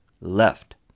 left